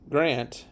Grant